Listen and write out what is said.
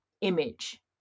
image